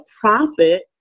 profit